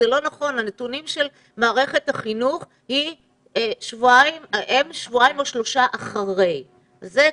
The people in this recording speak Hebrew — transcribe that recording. זה לא נכון כי הנתונים של מערכת החינוך הם שבועיים או שלושה אחרי כן.